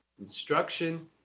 instruction